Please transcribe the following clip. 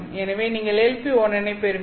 எனவே நீங்கள் LP11 ஐப் பெறுவீர்கள்